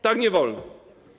Tak nie wolno.